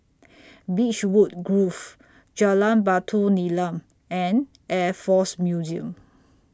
Beechwood Grove Jalan Batu Nilam and Air Force Museum